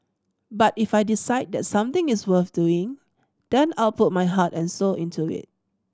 but if I decide that something is worth doing then I'll put my heart and soul into it